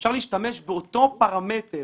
ואפשר להשתמש באותו פרמטר